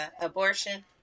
abortion